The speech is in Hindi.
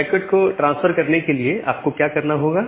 पैकेट को ट्रांसफर करने के लिए आपको क्या करना होगा